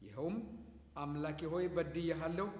your home i'm like your way but do you have no